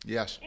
Yes